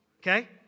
okay